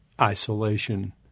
isolation